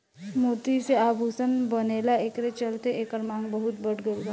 मोती से आभूषण बनेला एकरे चलते एकर मांग बहुत बढ़ गईल बा